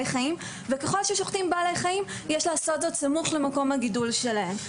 חיים וככל ששוחטים בעלי חיים יש לעשות זאת סמוך למקום הגידול שלהם.